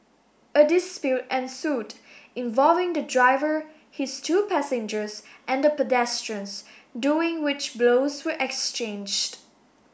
a dispute ensued involving the driver his two passengers and the pedestrians during which blows were exchanged